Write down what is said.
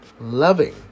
loving